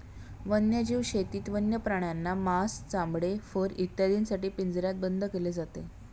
वन्यजीव शेतीत वन्य प्राण्यांना मांस, चामडे, फर इत्यादींसाठी पिंजऱ्यात बंद केले जाते